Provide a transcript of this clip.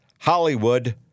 Hollywood